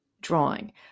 drawing